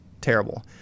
terrible